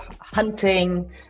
hunting